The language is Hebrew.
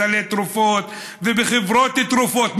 בסלי תרופות ובחברות תרופות,